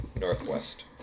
northwest